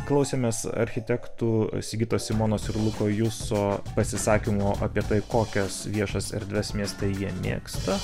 klausėmės architektų sigitos simonos ir luko juso pasisakymų apie tai kokias viešas erdves mieste jie mėgsta